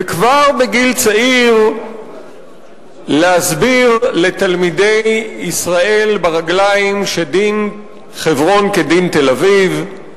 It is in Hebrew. וכבר בגיל צעיר להסביר לתלמידי ישראל ברגליים שדין חברון כדין תל-אביב,